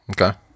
Okay